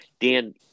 Dan